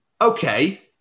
Okay